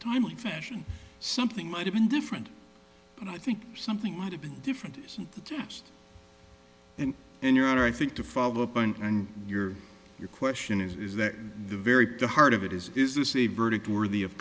timely fashion something might have been different but i think something might have been different isn't the test and in your honor i think to follow up and your your question is is that the very heart of it is is this a verdict worthy of